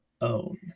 own